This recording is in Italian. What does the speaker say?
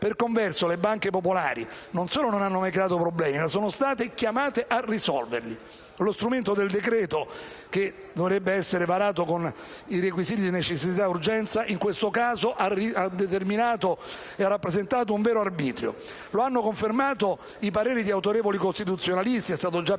Per converso, le banche popolari, non solo non hanno mai creato problemi, ma sono state chiamate a risolverli. Lo strumento del decreto-legge, che vorrebbe essere varato con i requisiti di necessità e urgenza, in questo caso ha rappresentato un vero atto di arbitrio. Lo hanno confermato i pareri di autorevoli costituzionalisti, fra tutti